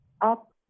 up